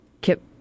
Kip